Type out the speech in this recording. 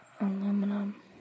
Aluminum